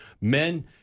Men